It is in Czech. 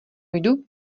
jdu